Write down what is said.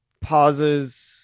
pauses